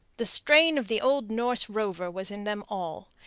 the strain of the old norse rover was in them all.